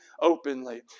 openly